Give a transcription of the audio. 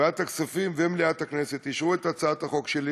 ועדת הכספים ומליאת הכנסת אישרו את הצעת החוק שלי